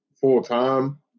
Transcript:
full-time